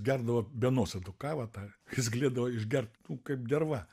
gerdavo be nuosėdų kavą tą jis galėdavo išgert nu kaip derva